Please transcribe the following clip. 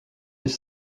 les